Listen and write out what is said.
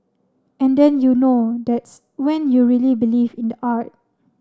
and then you know that's when you really believe in the art